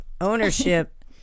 ownership